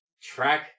Track